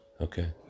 Okay